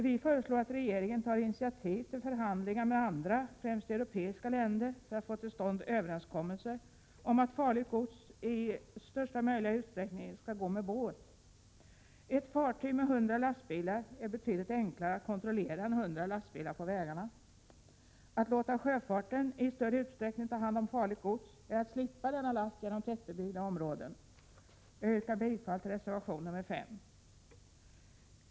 Vi föreslår att regeringen tar initiativ till förhandlingar med andra, främst europeiska, länder för att få till stånd överenskommelser om att farligt gods i största möjliga utsträckning skall gå med båt. Ett fartyg med 100 lastbilar är betydligt enklare att kontrollera än 100 lastbilar på vägarna. Att låta sjöfarten i större utsträckning ta hand om farligt gods är att slippa denna last genom tätbebyggda områden. Jag yrkar bifall till reservation 5.